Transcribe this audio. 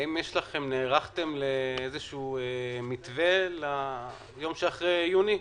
האם נערכתם למתווה ליום שאחרי יוני.